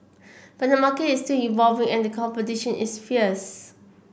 but the market is still evolving and competition is fierce